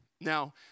Now